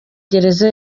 gereza